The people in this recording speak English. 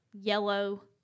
yellow